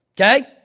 Okay